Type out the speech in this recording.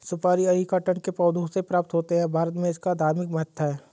सुपारी अरीकानट के पौधों से प्राप्त होते हैं भारत में इसका धार्मिक महत्व है